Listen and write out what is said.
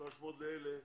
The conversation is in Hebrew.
300 לאלה,